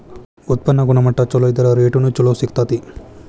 ಉತ್ಪನ್ನ ಗುಣಮಟ್ಟಾ ಚುಲೊ ಇದ್ರ ರೇಟುನು ಚುಲೊ ಸಿಗ್ತತಿ